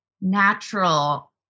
natural